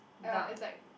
uh it's like